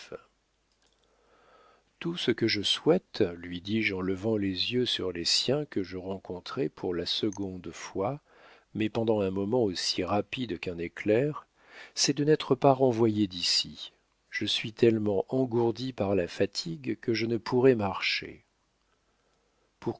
tout ce que je souhaite lui dis-je en levant les yeux sur les siens que je rencontrai pour la seconde fois mais pendant un moment aussi rapide qu'un éclair c'est de n'être pas renvoyé d'ici je suis tellement engourdi par la fatigue que je ne pourrais marcher